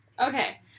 Okay